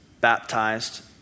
baptized